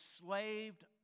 enslaved